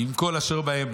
עם כל אשר בהם.